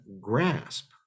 grasp